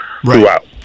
throughout